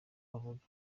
avuga